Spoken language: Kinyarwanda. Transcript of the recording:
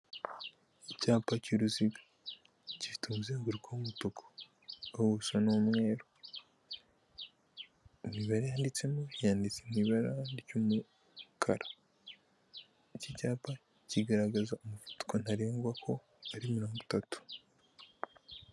Icyapa cy'uruziga gifite umuzenguruko w'umutuku ubuso ni umweru imibare yanditsemo yanditse mu ibara ry'umukara, iki cyapa kigaragaza umuvuduko ntarengwa ko ari mirongo itatu.